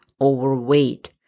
overweight